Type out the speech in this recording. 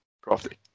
crafty